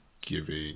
giving